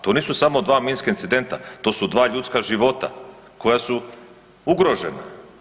To nisu samo dva minska incidenta, to su dva ljudska života koja su ugrožena.